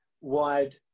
wide